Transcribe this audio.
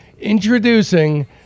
introducing